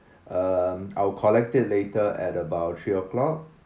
um I'll collect it later at about three o'clock